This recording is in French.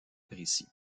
précis